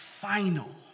final